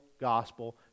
gospel